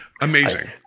amazing